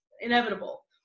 inevitable